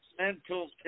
mental